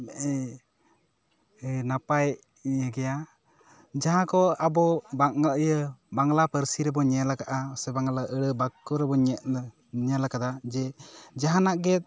ᱱᱟᱯᱟᱭ ᱜᱮᱭᱟ ᱡᱟᱦᱟᱸ ᱠᱚ ᱟᱵᱚ ᱵᱟᱝ ᱤᱭᱟᱹ ᱵᱟᱝᱞᱟ ᱯᱟᱹᱨᱥᱤ ᱨᱮᱵᱚᱱ ᱧᱮᱞ ᱟᱠᱟᱜᱼᱟ ᱵᱟᱝᱞᱟ ᱟᱹᱲᱟᱹ ᱵᱟᱠᱠᱚ ᱨᱮᱵᱚᱱ ᱧᱮᱞᱟᱠᱟᱫᱟ ᱡᱮ ᱡᱟᱦᱟᱱᱟᱜ ᱜᱮ